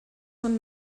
són